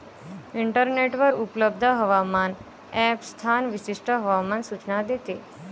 इंटरनेटवर उपलब्ध हवामान ॲप स्थान विशिष्ट हवामान सूचना देते